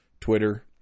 Twitter